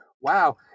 wow